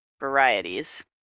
varieties